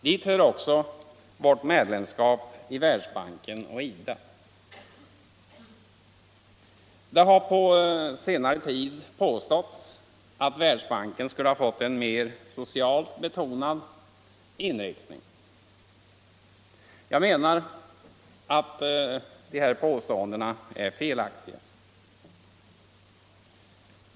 Dit hör också vårt lands medlemskap i Världsbanken och IDA. Det har på senare tid påståtis att Världsbanken skulle ha fått en mera socialt betonad inriktning. Jag menar att dessa påståenden är felaktiga.